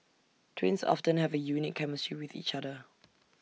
twins often have A unique chemistry with each other